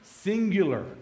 singular